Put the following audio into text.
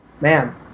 Man